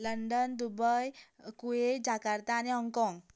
London Dubai Kuwait Jakarta आनी Hong Kong